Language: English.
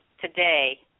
today